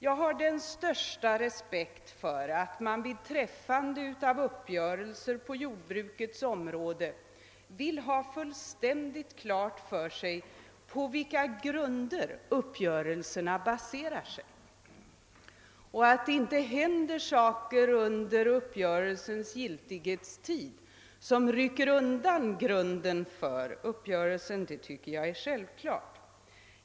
Jag har den största respekt för att man vid träffande av uppgörelser på jordbrukets område vill ha fullständigt klart för sig på vilka grunder uppgörelserna baserar sig. Att det inte händer saker under uppgörelsens giltighetstid som rycker undan grunden för uppgörelsen tycker jag också är ett självklart krav.